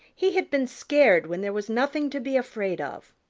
he had been scared when there was nothing to be afraid of.